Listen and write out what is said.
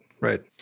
right